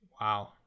Wow